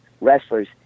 wrestlers